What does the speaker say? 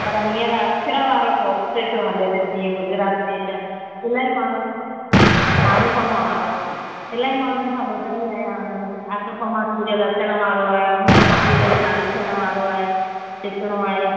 पर हीअंर अक्षरा वारो टॉप ते थो हले पियो जीअं गुजरात में त इलाई माण्हूनि छा अनूपमा वारो इलाई माण्हुनि खां ॿुधंदी आहियां ईअं अनूपमा सीरियल अचण वारो आहे अनूपमा सीरियल चालू थियण वारो आहे ॾिसिणो आहे